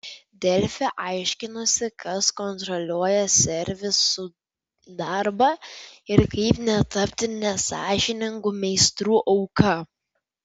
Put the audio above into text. delfi aiškinosi kas kontroliuoja servisų darbą ir kaip netapti nesąžiningų meistrų auka